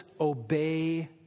obey